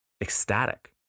ecstatic